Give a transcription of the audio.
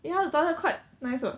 ya the toilet quite nice [what]